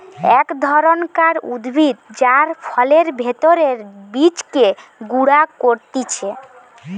এক ধরণকার উদ্ভিদ যার ফলের ভেতরের বীজকে গুঁড়া করতিছে